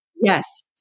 yes